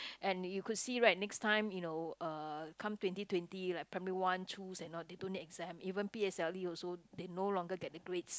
and you could see right next time you know uh come twenty twenty like primary one two and all they don't need exam even p_s_l_e also they no longer get the grades